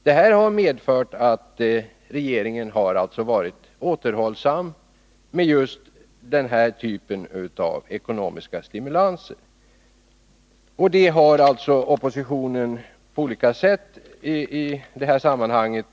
Detta har alltså medfört att regeringen har varit återhållsam med just denna typ av ekonomiska stimulanser. Det har oppositionen på olika sätt pekat på i detta sammanhang.